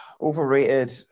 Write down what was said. overrated